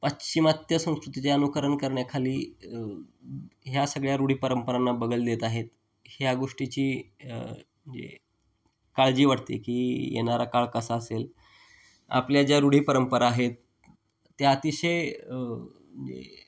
पश्चिमात्य संस्कृतीचे अनुकरण करण्याखाली ह्या सगळ्या रूढी परंपरांना बगल देत आहेत ह्या गोष्टीची जे काळजी वाटते की येणारा काळ कसा असेल आपल्या ज्या रूढी परंपरा आहेत त्या अतिशय जे